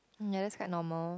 ya that's quite normal